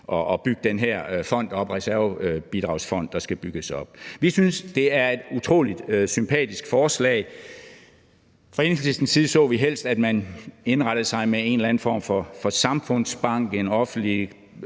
at bygge den her fond, reservebidragsfond, op. Vi synes, det er et utrolig sympatisk forslag. Fra Enhedslistens side så vi helst, at man indrettede sig med en eller anden form for samfundsbank, en offentlig